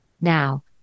Now